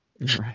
Right